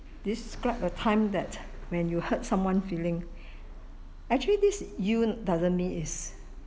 describe a time that when you hurt someone feeling actually this doesn't mean is